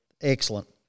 excellent